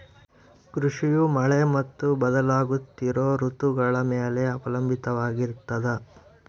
ಕೃಷಿಯು ಮಳೆ ಮತ್ತು ಬದಲಾಗುತ್ತಿರೋ ಋತುಗಳ ಮ್ಯಾಲೆ ಅವಲಂಬಿತವಾಗಿರ್ತದ